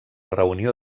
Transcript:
reunió